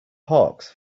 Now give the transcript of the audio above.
hawks